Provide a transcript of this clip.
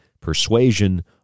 persuasion